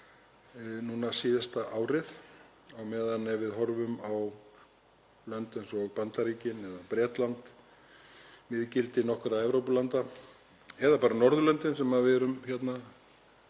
síðasta árið á meðan, ef við horfum á lönd eins og Bandaríkin eða Bretland, miðgildi nokkurra Evrópulanda eða bara Norðurlöndin, sem okkur líkar